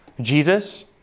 Jesus